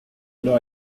oder